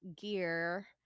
gear